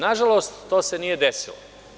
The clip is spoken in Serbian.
Nažalost, to se nije desilo.